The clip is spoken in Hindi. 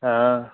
हाँ